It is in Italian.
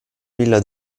villa